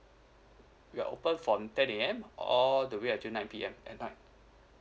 we're open from ten A_M all the way until nine P_M at night